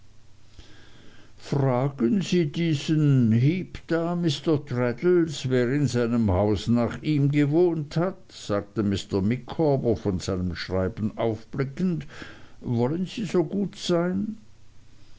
fragen sie diesen heep da mr traddles wer in seinem haus nach ihm gewohnt hat sagte mr micawber von seinem schreiben aufblickend wollen sie so gut sein